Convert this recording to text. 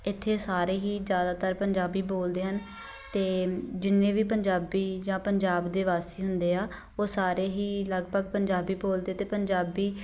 ਇੱਥੇ ਸਾਰੇ ਹੀ ਜ਼ਿਆਦਾਤਰ ਪੰਜਾਬੀ ਬੋਲਦੇ ਹਨ ਅਤੇ ਜਿੰਨੇ ਵੀ ਪੰਜਾਬੀ ਜਾਂ ਪੰਜਾਬ ਦੇ ਵਾਸੀ ਹੁੰਦੇ ਆਂ ਉਹ ਸਾਰੇ ਹੀ ਲਗਭਗ ਪੰਜਾਬੀ ਬੋਲਦੇ ਅਤੇ ਪੰਜਾਬੀ